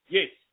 Yes